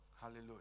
Hallelujah